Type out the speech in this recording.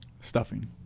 Stuffing